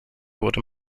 wurde